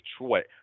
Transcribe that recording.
Detroit